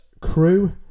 crew